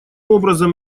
образом